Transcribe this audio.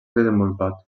desenvolupat